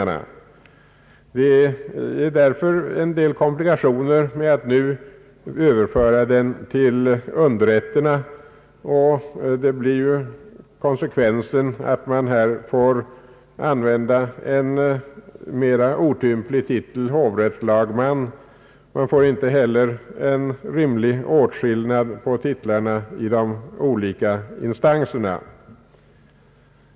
Det blir därför en del komplikationer om man nu överför den till underrätterna. En konsekvens blir att man får använda den mera otympliga titeln hovrättslagman. Det blir inte heller en rimlig skillnad mellan titlarna i de olika instanserna.